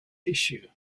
issue